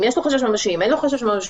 אם יש לו חשש ממשי או אין לו חשש ממשי.